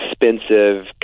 expensive